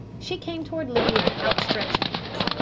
she came toward lydia with outstretched hands.